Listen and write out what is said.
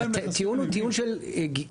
הטיעון הוא טיעון של גידול.